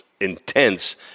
intense